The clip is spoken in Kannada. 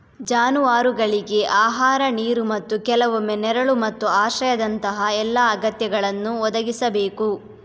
ಜಾನುವಾರುಗಳಿಗೆ ಆಹಾರ, ನೀರು ಮತ್ತು ಕೆಲವೊಮ್ಮೆ ನೆರಳು ಮತ್ತು ಆಶ್ರಯದಂತಹ ಎಲ್ಲಾ ಅಗತ್ಯಗಳನ್ನು ಒದಗಿಸಬೇಕು